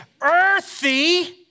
earthy